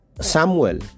Samuel